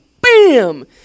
bam